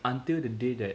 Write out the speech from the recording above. until the day that